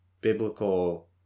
biblical